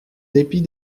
dépit